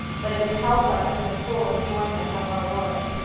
but it would help us in the full enjoyment of our work.